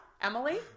Emily